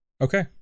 Okay